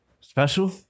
Special